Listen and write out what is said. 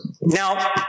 Now